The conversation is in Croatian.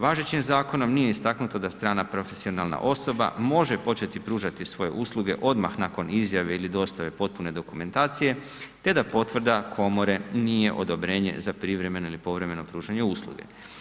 Važećim zakonom nije istaknuto da strana profesionalna osoba može početi pružati svoje usluge odmah nakon izjave ili dostave potpune dokumentacije, te da potvrda komore nije odobrenje za privremeno ili povremeno pružanje usluge.